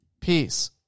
Peace